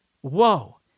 whoa